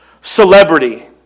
celebrity